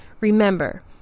Remember